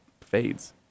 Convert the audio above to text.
fades